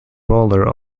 roller